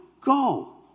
go